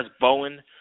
Bowen